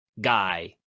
guy